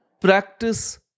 Practice